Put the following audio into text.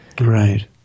right